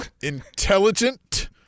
intelligent